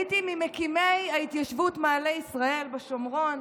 הייתי ממקימי ההתיישבות מעלה ישראל בשומרון.